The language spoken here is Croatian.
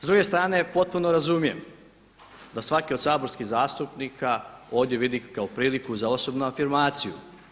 S druge strane, potpuno razumijem da svaki od saborskih zastupnika ovdje vidi kao priliku za osobnu afirmaciju.